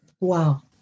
Wow